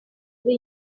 ari